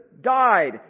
died